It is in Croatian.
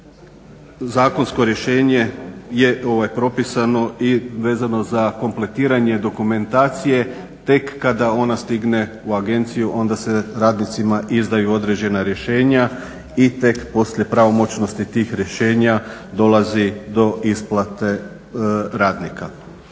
zakonsko rješenje je propisano i vezano za kompletiranje dokumentacije tek kada ona stigne u agenciju onda se radnicima izdaju određena rješenja i tek poslije pravomoćnosti tih rješenja dolazi do isplate radnika.